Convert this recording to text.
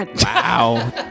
Wow